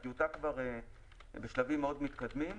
הטיוטה כבר בשלבים מאוד מתקדמים.